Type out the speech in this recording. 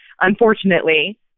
unfortunately